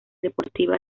deportiva